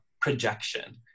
projection